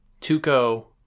Tuco